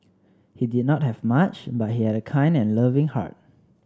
he did not have much but he had a kind and loving heart